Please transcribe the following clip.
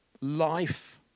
life